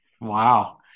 Wow